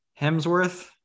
Hemsworth